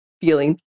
feeling